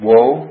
Woe